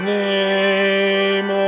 name